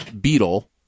beetle